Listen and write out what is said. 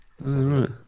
right